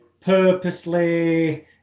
purposely